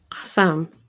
Awesome